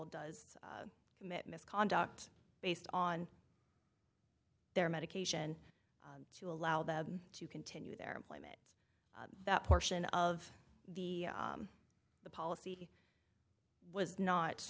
does commit misconduct based on their medication to allow them to continue their employment that portion of the the policy was not